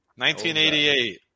1988